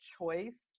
choice